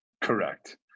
Correct